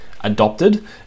adopted